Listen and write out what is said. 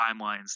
timelines